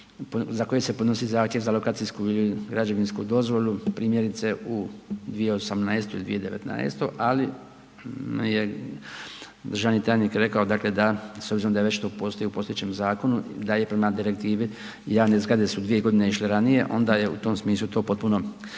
za koje se podnosi zahtjev za lokacijsku ili građevinsku dozvolu, primjerice u 2018. i 2019., ali mi je državni tajnik rekao, dakle da s obzirom da je već to postoji u postojećem zakonu, da je prema Direktivi, javne zgrade su dvije godine išle ranije, onda je u tom smislu to potpuno,